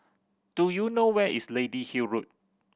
do you know where is Lady Hill Road